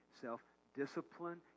self-discipline